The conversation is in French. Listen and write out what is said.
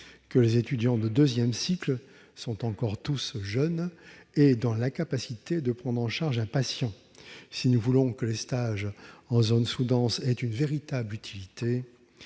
que les étudiants de deuxième cycle sont encore jeunes et dans l'incapacité de prendre en charge un patient. Si nous voulons que les stages en zones sous-denses aient une véritable utilité